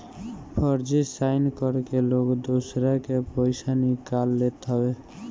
फर्जी साइन करके लोग दूसरा के पईसा निकाल लेत हवे